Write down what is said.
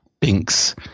Binks